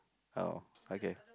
oh okay